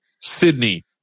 Sydney